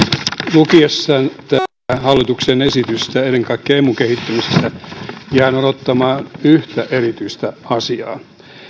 lukiessani tätä hallituksen esitystä ennen kaikkea emun kehittymisestä jään odottamaan yhtä erityistä asiaa